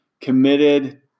committed